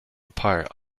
apart